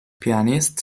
pianist